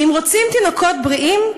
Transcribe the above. אם רוצים תינוקות בריאים,